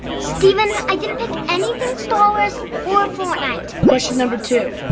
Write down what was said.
stephen i didn't pick anything star wars or fortnite. question number two,